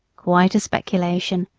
quite a speculation!